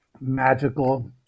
magical